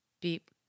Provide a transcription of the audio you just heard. Beep